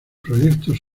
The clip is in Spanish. proyectos